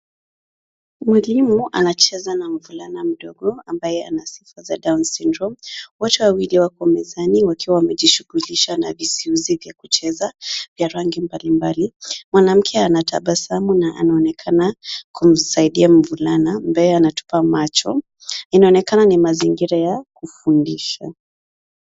Mwalimu anacheza na mvulana mdogo ambaye ana symptoms down syndrome . Wote wawili wapo mezani wakiwa wamejishughulisha visiuzi vya kucheza vya rangi mbalimbali. Mwanamke anatabasamu na anaonekana kumsaidia mvulana ambaye anatupa macho. Inaonekana ni mazingira ya kufundisha.